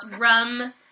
rum